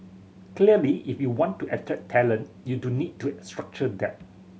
clearly if you want to attract talent you do need to structure that